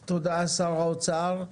תודה, שר האוצר.